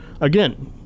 again